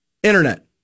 Internet